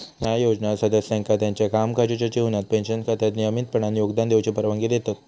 ह्या योजना सदस्यांका त्यांच्यो कामकाजाच्यो जीवनात पेन्शन खात्यात नियमितपणान योगदान देऊची परवानगी देतत